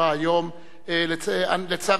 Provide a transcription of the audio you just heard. כי הונחה היום על שולחן הכנסת,